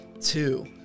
two